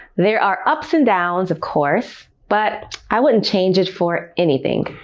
there are ups and downs, of course, but i wouldn't change it for anything.